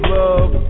love